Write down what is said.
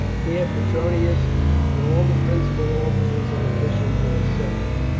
here petronius and all the principal officers and officials were assembled.